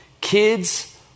kids